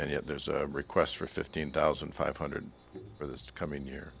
and yet there's a request for fifteen thousand five hundred for the coming year